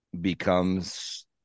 becomes